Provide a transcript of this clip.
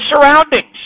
surroundings